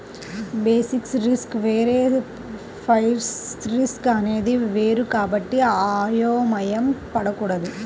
basis risk వేరు price risk అనేది వేరు కాబట్టి అయోమయం పడకూడదు